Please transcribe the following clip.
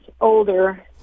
older